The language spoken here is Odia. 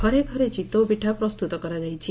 ଘରେଘରେ ଚିତୋଉ ପିଠା ପ୍ରସ୍ତୁତ କରାଯାଇଛି